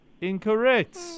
Incorrect